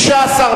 התשס"ט 2009,